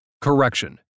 Correction